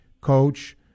Coach